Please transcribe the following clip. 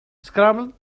scrambled